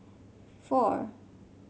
four